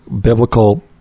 biblical